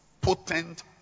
potent